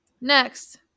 Next